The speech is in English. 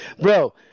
Bro